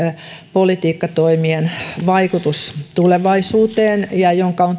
politiikkatoimien vaikutus tulevaisuuteen ja jonka